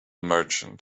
merchant